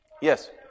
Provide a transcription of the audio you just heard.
Yes